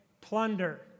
plunder